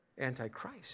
antichrist